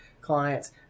clients